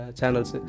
channels